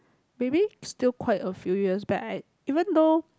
maybe still quite a few years back I even though